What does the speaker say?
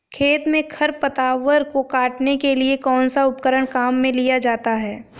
खेत में खरपतवार को काटने के लिए कौनसा उपकरण काम में लिया जाता है?